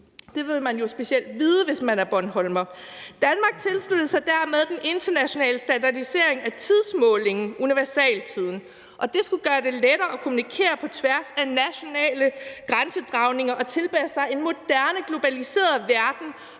Det vil man jo specielt vide, hvis man er bornholmer. Danmark tilsluttede sig dermed den internationale standardisering af tidsmålingen, universaltiden, og det skulle gøre det lettere at kommunikere på tværs af nationale grænsedragninger og tilpasse sig en moderne, globaliseret verden,